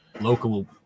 local